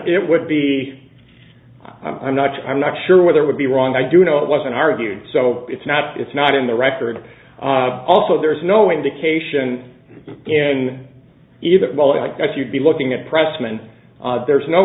it would be i'm not i'm not sure whether it would be wrong i do know it wasn't argued so it's not it's not in the record also there's no indication in either as you'd be looking at present and there's no